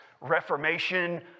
Reformation